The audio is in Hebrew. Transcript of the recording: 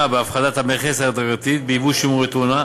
בהפחתת המכס ההדרגתית על יבוא שימורי טונה.